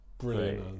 Brilliant